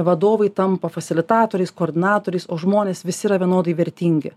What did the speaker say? vadovai tampa fasilitatoriais koordinatoriais o žmonės visi yra vienodai vertingi